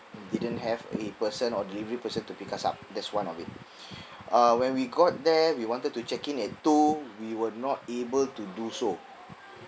didn't have a person or delivery person to pick us up that's one of it uh when we got there we wanted to check in at two we were not able to do so